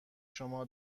شما